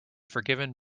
forgiven